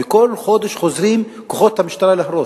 וכל חודש חוזרים כוחות המשטרה להרוס.